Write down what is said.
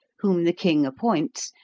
whom the king appoints,